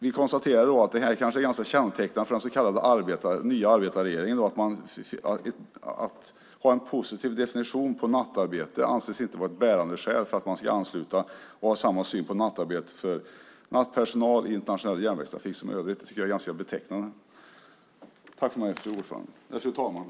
Vi konstaterar att det här är ganska kännetecknande för den så kallade nya arbetarregeringen - att ha en positiv definition på nattarbete anses inte vara ett bärande skäl för att man ska ansluta sig till och ha samma syn på nattarbete för nattpersonal i internationell järnvägstrafik som i övrig trafik. Det tycker jag är ganska betecknande.